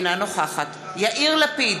אינה נוכחת יאיר לפיד,